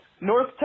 North